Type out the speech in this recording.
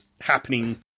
happening